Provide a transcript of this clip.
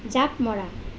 জাঁপ মৰা